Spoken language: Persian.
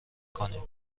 کنیم